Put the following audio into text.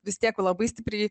vis tiek labai stipriai